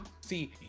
See